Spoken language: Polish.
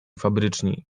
fabryczni